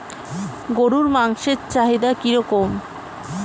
গরুর মাংসের চাহিদা কি রকম?